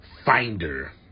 finder